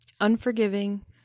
Unforgiving